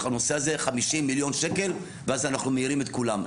הנושא הזה 50 מיליון שקל ואז אנחנו מעירים את כולם.